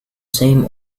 same